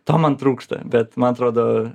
to man trūksta bet man atrodo